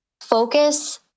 focus